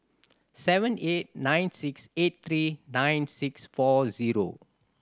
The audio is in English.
seven eight nine six eight three nine six four zero